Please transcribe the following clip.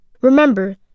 remember